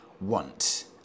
want